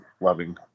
loving